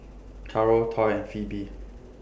Caro Toy and Phebe